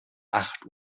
acht